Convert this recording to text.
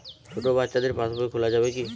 ছোট বাচ্চাদের পাশবই খোলা যাবে কি?